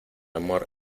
amor